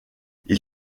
ils